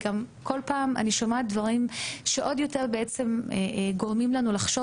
כל פעם אני שומעת דברים שעוד יותר גורמים לנו לחשוב